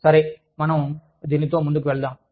సరే మనం దీనితో ముందుకు వెళ్దాం